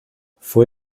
fue